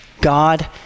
God